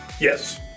Yes